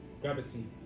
gravity